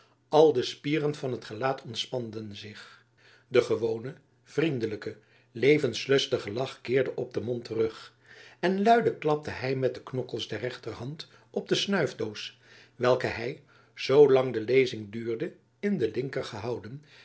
al de spieren van het gelaat ontspanden zich de gewone vriendelijke levenslustige lach keerde op den mond terug en luide klapte hy met de knokkels der rechterhand op de snuifdoos welke hy zoo lang de lezing duurde in de linker gehouden